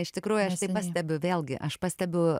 iš tikrųjų aš pastebiu vėlgi aš pastebiu